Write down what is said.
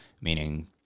meaning